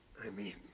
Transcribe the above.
i mean,